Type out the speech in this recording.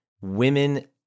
women